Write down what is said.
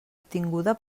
obtinguda